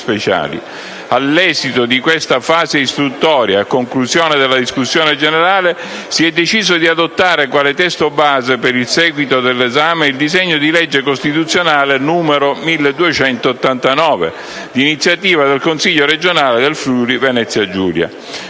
All'esito di questa fase istruttoria e a conclusione della discussione generale, si è deciso di adottare quale testo base per il seguito dell'esame il disegno di legge costituzionale n. 1289, di iniziativa del Consiglio regionale del Friuli-Venezia Giulia.